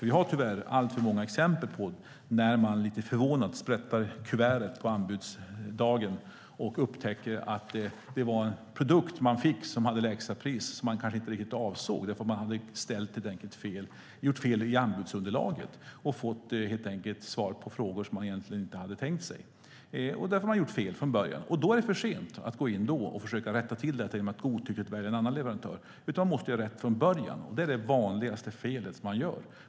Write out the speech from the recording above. Vi har tyvärr alltför många exempel på när man lite förvånat sprättar kuverten på anbudsdagen och upptäcker att den produkt som man fick var det som hade lägsta pris, vilket man kanske inte riktigt avsåg. Man hade helt enkelt gjort fel i anbudsunderlaget och fått svar på frågor som man egentligen inte hade tänkt sig. Man hade gjort fel från början. Då är det för sent att gå in och försöka rätta till det genom att godtyckligt välja en annan leverantör, utan man måste göra rätt från början. Det är det vanligaste felet man gör.